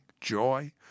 joy